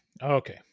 Okay